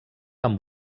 amb